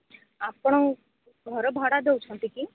ଆପଣ ଘର ଭଡ଼ା ଦେଉଛନ୍ତି କି